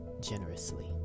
generously